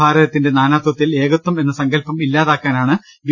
ഭാരതത്തിന്റെ നാനാത്വത്തിൽ ഏകത്വം എന്ന സങ്കൽപം ഇല്ലാതാക്കാനാണ് ബി